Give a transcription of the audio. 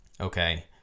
Okay